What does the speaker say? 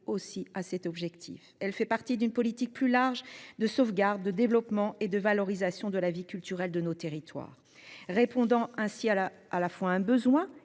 écot à cet objectif. Elle fait partie d'une politique plus large de sauvegarde, de développement et de valorisation de la vie culturelle de nos territoires. Répondant à la fois à un besoin